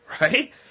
right